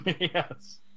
Yes